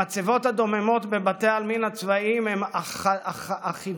המצבות הדוממות בבתי העלמין הן אחידות,